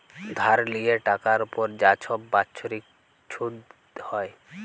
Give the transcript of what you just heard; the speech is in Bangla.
ধার লিয়ে টাকার উপর যা ছব বাচ্ছরিক ছুধ হ্যয়